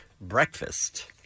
breakfast